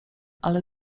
ale